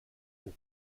aux